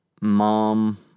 mom